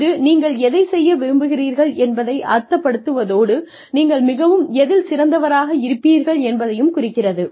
இது நீங்கள் எதைச் செய்ய விரும்புகிறீர்கள் என்பதை அர்த்தப்படுத்துவதோடு நீங்கள் மிகவும் எதில் சிறந்தவராக இருப்பீர்கள் என்பதையும் குறிக்கிறது